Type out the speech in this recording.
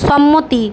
সম্মতি